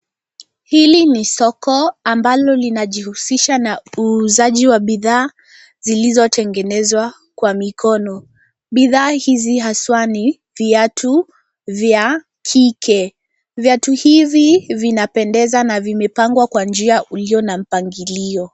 Hili ni soko ambalo linajihusisha na uuzaji wa bidhaa zilizotengenezwa kwa mikono. Bidhaa hizi haswa ni viatu vya kike. Viatu hivi vinapendeza na vimepangwa kwa njia ulio na mpangilio.